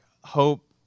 hope